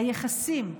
היחסים,